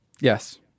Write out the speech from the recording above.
Yes